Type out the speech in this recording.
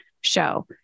show